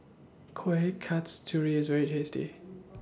Kueh Kasturi IS very tasty